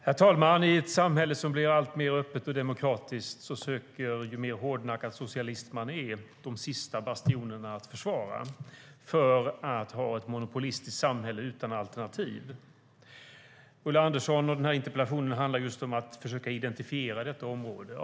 Herr talman! I ett samhälle som blir alltmer öppet och demokratiskt försöker man, ju mer hårdnackad socialist man är, försvara de sista bastionerna för att ha ett monopolistiskt samhälle utan alternativ. Ulla Anderssons interpellation handlar just om att försöka identifiera detta område.